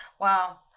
Wow